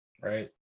right